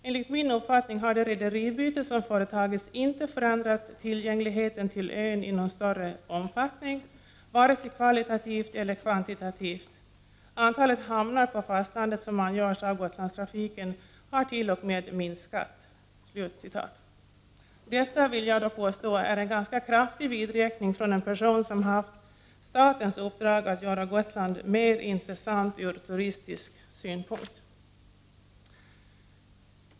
Enligt min uppfattning har det rederibyte som företagits inte förändrat tillgängligheten till ön i någon större omfattning vare sig kvalitativt eller kvantitativt. Antalet hamnar på fastlandet som angörs av Gotlandstrafiken har till och med minskat.” Detta, vill jag påstå, är en ganska kraftig vidräkning från en person som haft statens uppdrag att göra Gotland mera intressant från turistisk synpunkt.